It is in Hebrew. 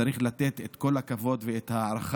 צריך לתת את כל הכבוד ואת ההערכה